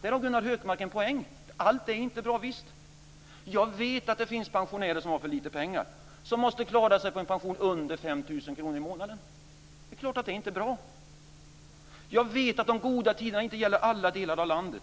Där har Gunnar Hökmark en poäng. Allt är inte bra, visst inte. Jag vet att det finns pensionärer som har för lite pengar, som måste klara sig på en pension under 5 000 kr i månaden. Det är klart att det inte är bra. Jag vet att de goda tiderna inte gäller alla delar av landet.